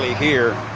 here.